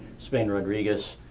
spain rodriguez,